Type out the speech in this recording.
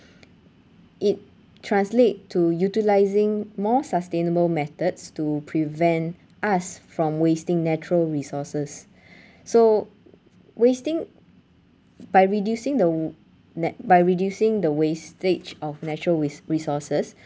it translate to utilising more sustainable methods to prevent us from wasting natural resources so wasting by reducing the w~ nat~ by reducing the wastage of natural res~ resources